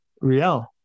Real